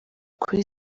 kuri